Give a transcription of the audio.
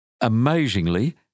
amazingly